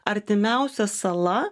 artimiausia sala